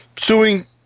suing